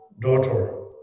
daughter